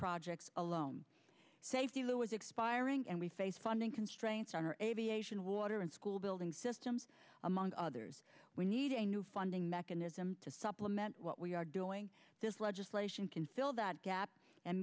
projects alone safety lou is expiring and we face funding constraints on our aviation water and school building systems among others we need a new funding mechanism to supplement what we are doing this legislation can fill that gap and